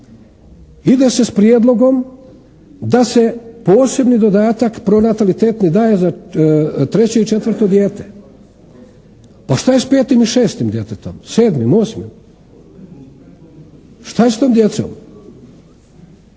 da se s prijedlogom da se posebni dodatak pronatalitetni daje za treće i četvrto dijete. Pa šta je sa petim i šestim djetetom, sedmim, osmim? Šta je s tom djecom?